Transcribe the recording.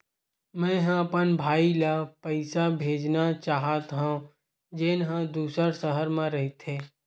मेंहा अपन भाई ला पइसा भेजना चाहत हव, जेन हा दूसर शहर मा रहिथे